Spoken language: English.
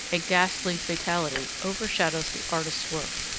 a ghastly fatality, overshadows the artist's work.